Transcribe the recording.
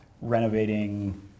renovating